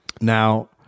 Now